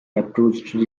approached